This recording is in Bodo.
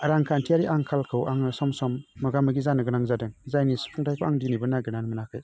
रांखान्थियारि आंखालखौ आङो सम सम मोगा मोगि जानो गोनां जादों जायनि सुफुंथायखौ आङो दिनैबै नागिरना मोनाखै